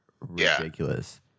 Ridiculous